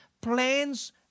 plans